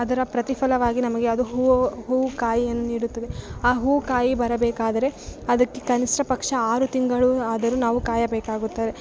ಅದರ ಪ್ರತಿಫಲವಾಗಿ ನಮಗೆ ಅದು ಹೂವು ಹೂವು ಕಾಯಿಯನ್ನು ನೀಡುತ್ತವೆ ಆ ಹೂವು ಕಾಯಿ ಬರಬೇಕಾದರೆ ಅದಕ್ಕೆ ಕನಿಷ್ಟ ಪಕ್ಷ ಆರು ತಿಂಗಳು ಆದರು ನಾವು ಕಾಯಬೇಕಾಗುತ್ತದೆ